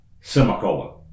semicolon